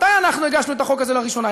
מתי הגשנו את החוק הזה לראשונה,